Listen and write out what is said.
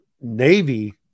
Navy